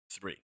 three